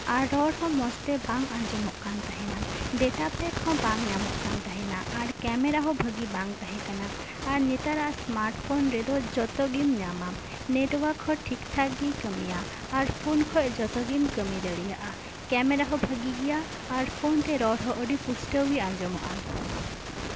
ᱟᱨ ᱨᱚᱲ ᱦᱚᱸ ᱢᱚᱸᱡᱽ ᱛᱮ ᱵᱟᱝ ᱟᱸᱡᱚᱢᱚᱜ ᱠᱟᱱ ᱛᱟᱸᱦᱮᱱᱟ ᱰᱮᱴᱟ ᱯᱮᱠ ᱦᱚᱸ ᱵᱟᱝ ᱧᱟᱢᱚᱜ ᱠᱟᱱ ᱛᱟᱸᱦᱮᱱᱟ ᱟᱨ ᱠᱮᱢᱮᱨᱟ ᱦᱚᱸ ᱵᱷᱟᱜᱮ ᱵᱟᱝ ᱛᱟᱦᱮᱸ ᱠᱟᱱᱟ ᱟᱨ ᱱᱮᱛᱟᱨᱟᱜ ᱥᱢᱟᱨᱴ ᱯᱷᱳᱱ ᱨᱮᱫᱚ ᱡᱚᱛᱚ ᱜᱮᱢ ᱧᱟᱢᱼᱟ ᱱᱮᱴᱳᱟᱨᱠ ᱦᱚᱸ ᱴᱷᱤᱠ ᱴᱷᱟᱠ ᱜᱮ ᱠᱟᱹᱢᱤᱭᱟ ᱟᱨ ᱯᱷᱳᱱ ᱠᱷᱚᱱ ᱡᱚᱛᱚ ᱜᱮᱢ ᱠᱟᱹᱢᱤ ᱫᱟᱲᱮᱭᱟᱜᱼᱟ ᱠᱮᱢᱮᱨᱟ ᱦᱚᱸ ᱵᱷᱟᱜᱮ ᱜᱮᱭᱟ ᱟᱨ ᱯᱷᱳᱱ ᱛᱮ ᱨᱚᱲ ᱦᱚᱸ ᱟᱹᱰᱤ ᱯᱩᱥᱴᱟᱹᱣ ᱜᱮ ᱟᱸᱡᱚᱢᱚᱜᱼᱟ